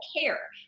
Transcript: care